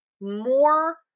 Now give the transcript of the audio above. more